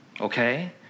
okay